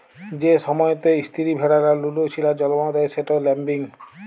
যে সময়তে ইস্তিরি ভেড়ারা লুলু ছিলার জল্ম দেয় সেট ল্যাম্বিং